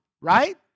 right